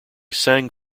sang